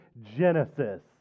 Genesis